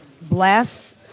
bless